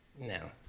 No